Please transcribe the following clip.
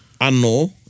ano